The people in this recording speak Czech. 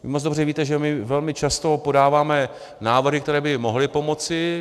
Vy moc dobře víte, že my velmi často podáváme návrhy, které by mohly pomoci.